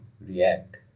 react